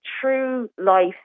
true-life